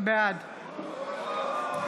בעד אוה,